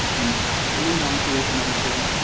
and coming down to the financials